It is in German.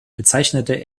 bezeichnete